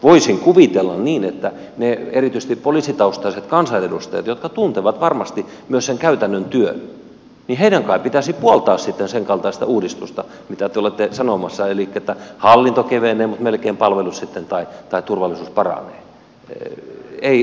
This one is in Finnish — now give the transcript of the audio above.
voisin kuvitella niin että erityisesti niiden poliisitaustaisten kansanedustajien jotka tuntevat varmasti myös sen käytännön työn kai pitäisi puoltaa sitten sen kaltaista uudistusta mitä te olette sanomassa elikkä että hallinto kevenee mutta melkein palvelu tai turvallisuus paranee